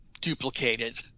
duplicated